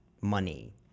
Money